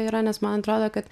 yra nes man atrodo kad